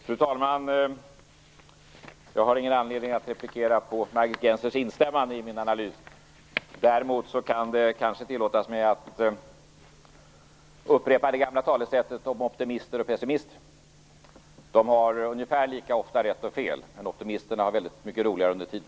Fru talman! Jag har ingen anledning att replikera på Margit Gennsers instämmande i min analys. Däremot kan det kanske tillåtas mig att upprepa det gamla talesättet om optimister och pessimister. De har ungefär lika ofta rätt och fel, men optimisterna har väldigt mycket roligare under tiden.